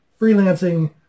freelancing